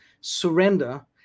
surrender